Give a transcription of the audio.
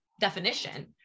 definition